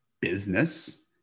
business